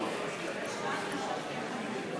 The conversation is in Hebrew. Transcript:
חברות וחברי הכנסת,